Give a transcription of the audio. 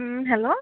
hello